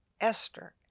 Esther